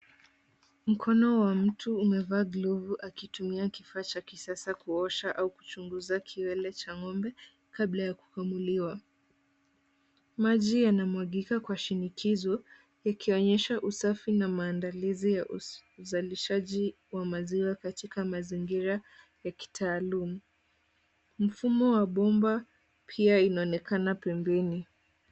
Mkono wa mtu umevaa glovu akitumia kifaa cha kisasa kuosha au kuchunguza kiwele cha ng'ombe, kabla ya kukamuliwa. Maji yanamwagika kwa shinikizo, ikionyesha usafi na maandalizi ya uzalishaji wa maziwa katika mazingira ya kitaalumu. Mfumo wa bomba pia inaonekana pembeni.